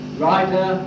writer